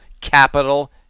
capital